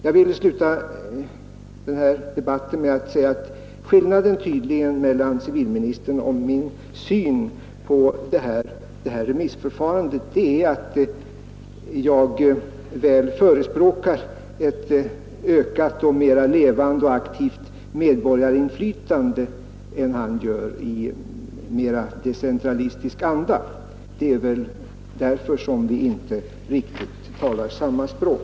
Jag vill sluta den här debatten med att säga att skillnaden mellan civilministerns och min syn på det här remissförfarandet tydligen är den att jag förespråkar ett ökat och mera levande och aktivt medborgarinflytande i decentralistisk anda än han gör. Det är därför som vi inte riktigt talar samma språk.